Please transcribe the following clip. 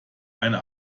eine